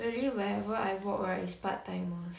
really wherever I walk right is part timers